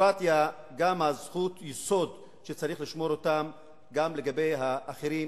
דמוקרטיה היא גם זכות יסוד שצריך לשמור אותה גם לגבי אחרים,